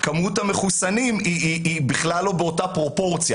מספר המחוסנים הוא בכלל לא באותה פרופורציה